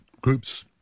group's